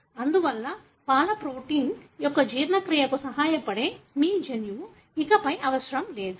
అందువల్ల పాల ప్రోటీన్ యొక్క జీర్ణక్రియకు సహాయపడే మీ జన్యువు ఇకపై అవసరం లేదు